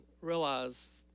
realize